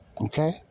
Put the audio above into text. okay